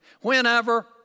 Whenever